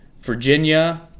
Virginia